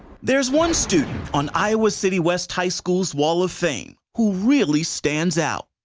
there is one student on iowa city west's high school wall of fame who really stands out.